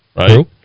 right